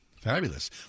Fabulous